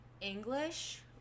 English